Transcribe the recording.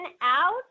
out